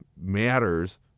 matters